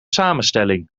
samenstelling